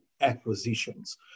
acquisitions